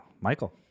Michael